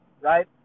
Right